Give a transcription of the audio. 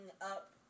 up